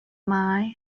mine